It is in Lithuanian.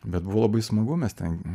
bet buvo labai smagu mes ten